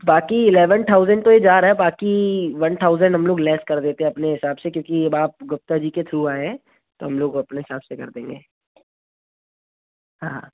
बाक़ी eleven thousand तो ये जा रहा है बाक़ी वन थाऊज़न हम लोग लैस कर देते हैं अपने हिसाब से क्योंकि अब आप गुप्ता जी के थ्रू आए हैं तो हम लोग अपने हिसाब से कर देंगे हाँ